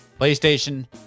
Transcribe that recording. playstation